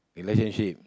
relationship